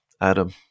Adam